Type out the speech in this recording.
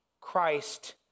Christ